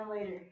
later